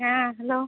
হ্যাঁ হ্যালো